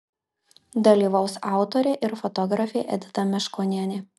dalyvaus autorė ir fotografė edita meškonienė